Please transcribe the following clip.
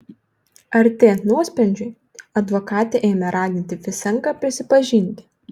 artėjant nuosprendžiui advokatas ėmė raginti fisenką prisipažinti